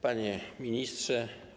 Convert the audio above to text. Panie Ministrze!